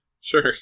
sure